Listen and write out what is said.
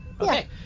Okay